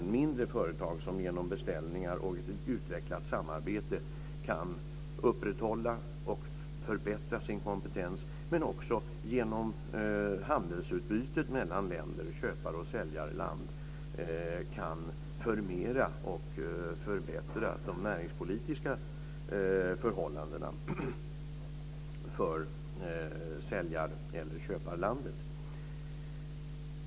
Det är mindre företag som genom beställningar och ett utvecklat samarbete kan upprätthålla och förbättra sin kompetens men som också genom handelsutbytet mellan länder, köpar och säljarländer, kan förmera och förbättra de näringspolitiska förhållandena för säljar eller köparlandet.